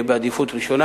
יהיה בעדיפות ראשונה,